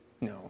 No